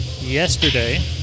yesterday